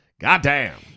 Goddamn